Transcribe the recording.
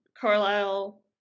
Carlisle